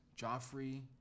Joffrey